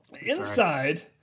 Inside